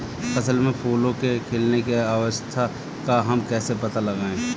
फसल में फूलों के खिलने की अवस्था का हम कैसे पता लगाएं?